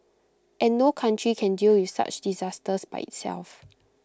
and no country can deal with such disasters by itself